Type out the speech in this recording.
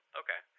okay